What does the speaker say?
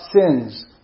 sins